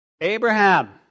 Abraham